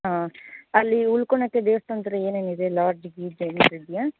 ಹಾಂ ಅಲ್ಲಿ ಉಳ್ಕೋಳಕ್ಕೆ ದೇವಸ್ಥಾನದ ಹತ್ತಿರ ಏನೇನಿದೆ ಲಾಡ್ಜ್ ಗೀಡ್ಜ್ ಏನಾದರೂ ಇದೆಯಾ